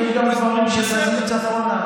יש גם דברים שזזים צפונה,